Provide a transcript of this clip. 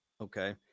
Okay